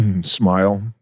smile